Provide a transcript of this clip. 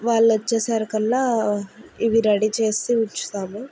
వాళ్ళు వచ్చేసరికల్లా ఇవి రెడీ చేసి ఉంచుతాము